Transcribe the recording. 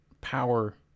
power